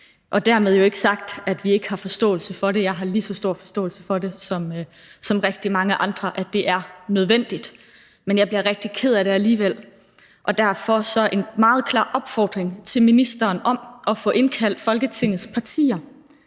Dermed jo ikke sagt, at vi ikke har forståelse for det; jeg har lige så stor forståelse for det som rigtig mange andre, altså at det er nødvendigt. Men jeg bliver rigtig ked af det alligevel, og derfor har jeg en meget klar opfordring til ministeren om at få indkaldt Folketingets partier,